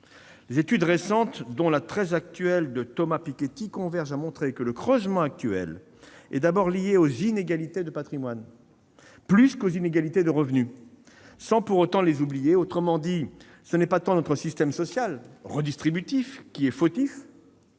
Les études récentes, dont celle, très actuelle, de Thomas Piketty, convergent à montrer que le creusement constaté est d'abord lié aux inégalités de patrimoine, plus qu'aux inégalités de revenu, sans pour autant les oublier. Autrement dit, le fautif n'est pas tant notre système social redistributif que la